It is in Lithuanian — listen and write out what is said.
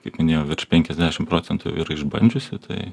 kaip minėjau virš penkiasdešim procentų jau yra išbandžiusių tai